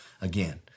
Again